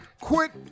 Quit